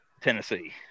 Tennessee